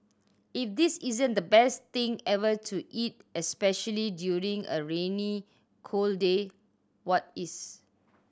if this isn't the best thing ever to eat especially during a rainy cold day what is